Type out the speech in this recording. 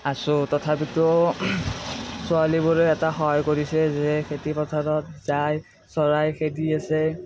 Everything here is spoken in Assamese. আছো তথাপিতো ছোৱালীবোৰে এটা সহায় কৰিছে যে খেতি পথাৰত যায় চৰাই খেদি আছে